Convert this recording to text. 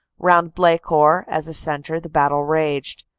round blecourt, as a centre, the battle raged.